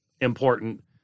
important